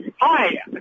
Hi